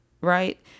Right